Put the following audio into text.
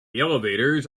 elevators